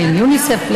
יוניסף,